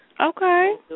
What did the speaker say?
Okay